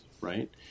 right